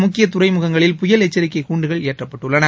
முக்கிய துறைமுகங்களில் புயல் எச்சரிக்கை கூண்டுகள் ஏற்றப்பட்டுள்ளன